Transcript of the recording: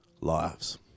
lives